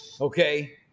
okay